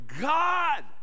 God